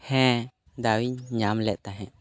ᱦᱮᱸ ᱫᱟᱶ ᱤᱧ ᱧᱟᱢ ᱞᱮᱫ ᱛᱟᱦᱮᱸᱫ